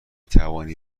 توانی